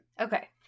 Okay